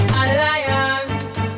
alliance